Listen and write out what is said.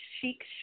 chic